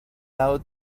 out